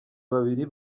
babiri